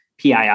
PII